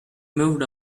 moved